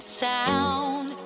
sound